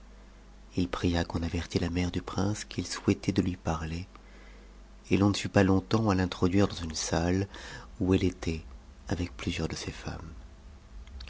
il pria qu'on avertît la mère du prince qu'il souhaitait de lui parler et l'on ne fut pas longtemps à l'introduire dans une salle où elle était avec plusieurs de ses femmes